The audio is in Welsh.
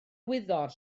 wyddor